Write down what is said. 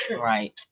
Right